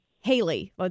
Haley